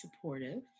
supportive